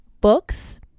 books